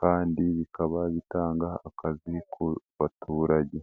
kandi bikaba bitanga akazi ku baturage.